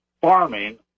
farming